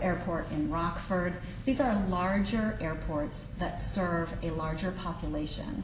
airport in rockford these are larger airports that serve a larger population